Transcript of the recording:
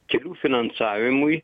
kelių finansavimui